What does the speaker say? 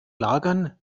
lagern